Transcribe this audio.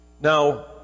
now